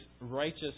righteous